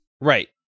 Right